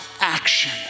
action